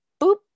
boop